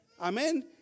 Amen